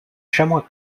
chamois